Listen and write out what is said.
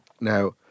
Now